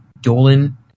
dolan